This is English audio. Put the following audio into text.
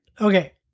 Okay